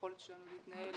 ליכולת שלנו להתנהל